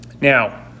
Now